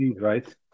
right